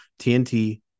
TNT